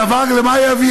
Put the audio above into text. "למה הדבר יביא?